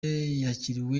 yakiriwe